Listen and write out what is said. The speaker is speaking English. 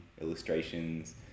illustrations